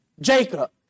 Jacob